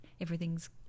everything's